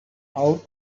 out